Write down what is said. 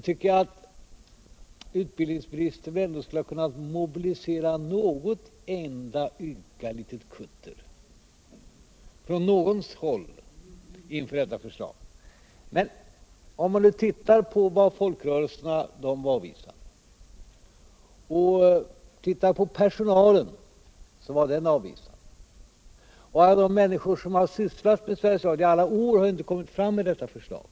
tvcker jag att utbildningsministern ändå skulle ha kunnat mobilisera något enda ynka litet kutter från något håll inför detta förslag. Men folkrörelserna var avvisande, personalen var avvisande, och alla de människor som under många år har svsslat med Sveriges Radio har inte kommit fram med detta förslag.